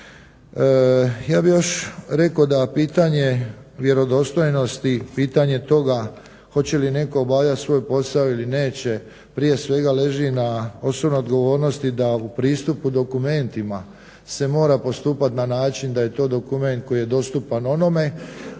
Ja bih još rekao da pitanje vjerodostojnosti i pitanje toga hoće li netko obavljat svoj posao ili neće prije svega leži na osobnoj odgovornosti da u pristupu dokumentima se mora postupat na način da je to dokument koji je dostupan onome